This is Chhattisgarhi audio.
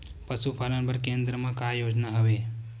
पशुपालन बर केन्द्र म का योजना हवे?